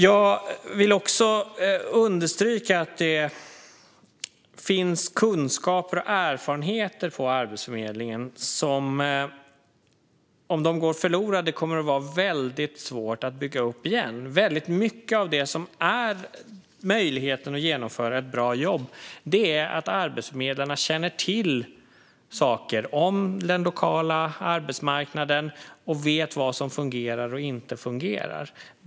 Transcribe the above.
Jag vill också understryka att det finns kunskaper och erfarenheter på Arbetsförmedlingen som det, om de går förlorade, kommer att vara väldigt svårt att bygga upp igen. Mycket av det som möjliggör för arbetsförmedlarna att göra ett bra jobb är att de känner till saker om den lokala arbetsmarknaden och vet vad som fungerar och vad som inte fungerar.